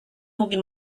mungkin